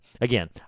again